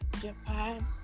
Japan